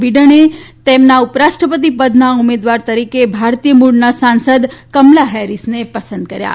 બીડેને તેમના ઉપરાષ્ટ્રપતિ પદના ઉમેદવાર તરીકે ભારતીય મુળના સાંસદ કમલા હેરીસને પસંદ કર્યા છે